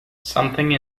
something